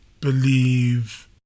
believe